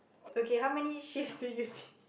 okay how many shifts do you need